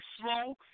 slow